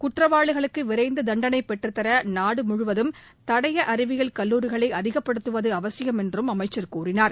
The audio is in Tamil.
குற்றவாளிகளுக்கு விரைந்து தண்டனை பெற்றுத்தர நாடு முழுவதும் தடய அறிவியல் கல்லூரிகளை அதிப்படுத்துவது அவசியம் என்றும் அமைச்சர் கூறினார்